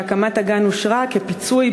שהקמת הגן אושרה כ"פיצוי"